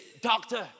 doctor